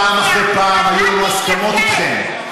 פעם אחרי פעם היו לנו הסכמות אתכם,